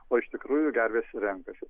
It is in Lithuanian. o iš tikrųjų gervės renkasi